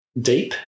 deep